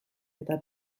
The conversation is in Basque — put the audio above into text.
eta